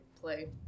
play